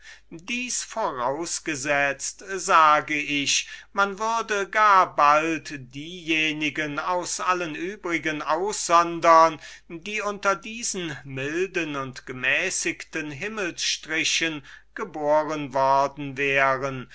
weib wäre ich sage also man würde gar bald diejenigen aus allen übrigen aussondern die unter diesen milden und gemäßigten himmelsstrichen geboren worden wo